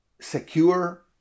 secure